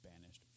banished